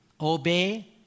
obey